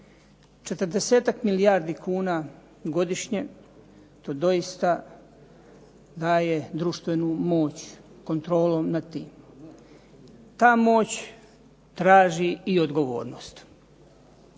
moć. 40-ak milijardi kuna godišnje, to doista daje društvenu moć, kontrolom nad tim. Ta moć traži i odgovornost.